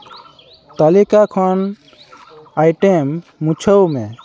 ᱛᱟᱹᱞᱤᱠᱟ ᱠᱷᱚᱱ ᱟᱭᱴᱮᱢ ᱢᱩᱪᱷᱟᱹᱣ ᱢᱮ